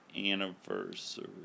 anniversary